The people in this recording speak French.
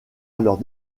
alors